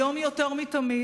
היום יותר מתמיד